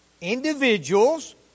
Individuals